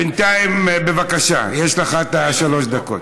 בינתיים, בבקשה, יש לך שלוש דקות.